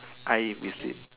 I visit